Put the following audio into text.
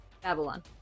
Babylon